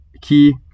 key